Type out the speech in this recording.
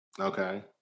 Okay